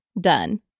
done